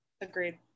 agreed